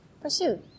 pursue